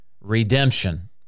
redemption